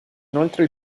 inoltre